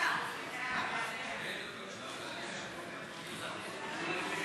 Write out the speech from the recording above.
הצעת חוק הביטוח הלאומי (תיקון,